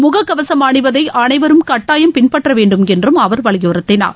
முகக்கவசம் அணிவதை அளைவரும் கட்டாயம் பின்பற்ற வேண்டும் என்றும் அவர் வலியுறுத்தினார்